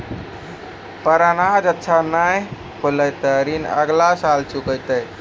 पर अनाज अच्छा नाय होलै तॅ ऋण अगला साल चुकैतै